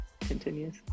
continues